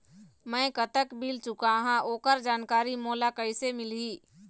मैं कतक बिल चुकाहां ओकर जानकारी मोला कइसे मिलही?